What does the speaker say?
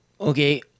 Okay